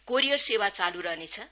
courier सेवा चाल् रहनेछन्